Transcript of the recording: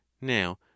now